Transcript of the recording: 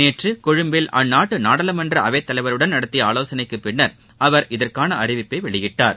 நேற்றுகொழும்பில் அந்நாட்டுநாடாளுமன்றஅவைத் தலைவருடன் நடத்திய ஆலோசனைக்குபின்னர் அவர் இதற்கானஅறிவிப்பைவெளியிட்டார்